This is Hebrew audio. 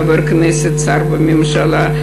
חבר כנסת ושר בממשלה.